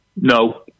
No